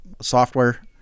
software